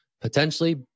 potentially